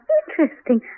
interesting